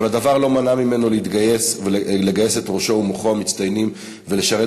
אבל הדבר לא מנע ממנו לגייס את ראשו ומוחו המצטיינים ולשרת